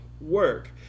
work